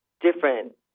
different